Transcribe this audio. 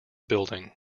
building